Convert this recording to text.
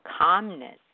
calmness